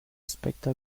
aspecto